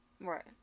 Right